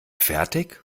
fertig